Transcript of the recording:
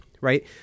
right